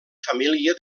família